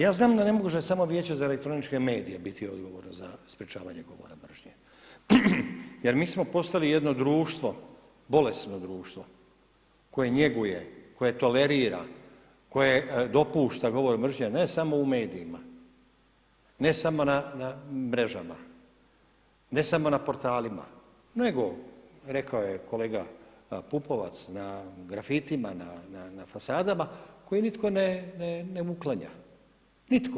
Ja znam da ne može samo Vijeće za elektroničke medije biti odgovorno za sprečavanje govora mržnje jer mi smo postali jedno društvo, bolesno društvo, koje njeguje, koje tolerira, koje dopušta govor mržnje ne samo u medijima, ne samo na mrežama, ne samo na portalima nego, rekao je kolega Pupovac na grafitima, na fasadama koje nitko ne uklanja, nitko.